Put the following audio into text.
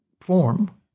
form